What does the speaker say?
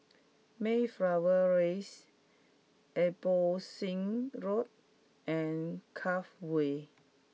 Mayflower Raise Abbotsingh Road and Cove Way